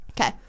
Okay